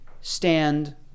stand